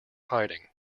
hiding